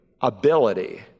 ability